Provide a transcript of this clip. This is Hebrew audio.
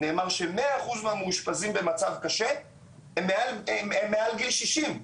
נאמר ש-100 אחוזים מהמאושפזים במצב קשה הם מעל גיל 60?